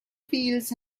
fields